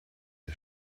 des